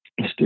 mr